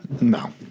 No